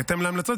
בהתאם להמלצות,